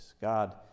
God